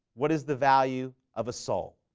what is the value of a soul?